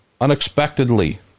unexpectedly